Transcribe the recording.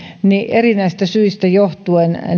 erinäisistä syistä johtuen